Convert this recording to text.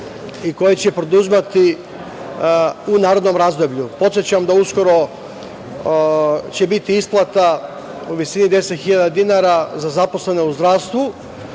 i koje će preduzimati u narednom razdoblju. Podsećam da uskoro će biti isplata u visini od 10.000 dinara za zaposlene u zdravstvu,